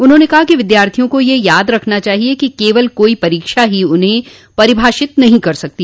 उन्होंने कहा कि विद्यार्थियों को यह याद रखना चाहिए कि केवल कोई परीक्षा ही उन्हें परिभाषित नहीं कर सकती